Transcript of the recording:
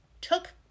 Took